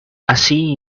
así